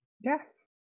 Yes